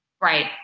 Right